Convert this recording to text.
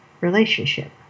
relationship